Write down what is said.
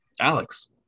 Alex